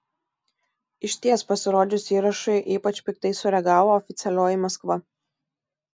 išties pasirodžius įrašui ypač piktai sureagavo oficialioji maskva